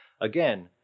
again